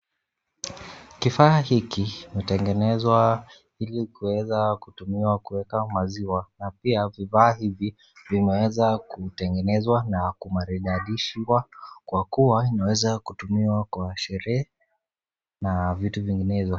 Kifaa hiki kutengenezwa ili kuweza kutumiwa kuweka maziwa na pia vifaa hivi vimeweza kutengenezwa na umaridadishiwa kwa kuwa inaweza kutumiwa kwa sherehe na vitu vinginezo.